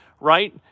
right